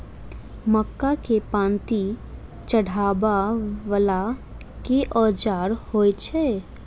मक्का केँ पांति चढ़ाबा वला केँ औजार होइ छैय?